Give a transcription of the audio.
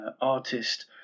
artist